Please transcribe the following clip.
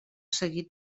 seguit